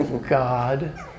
God